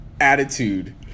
attitude